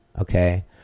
okay